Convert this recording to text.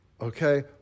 okay